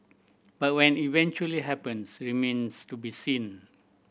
but what eventually happens remains to be seen